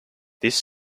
this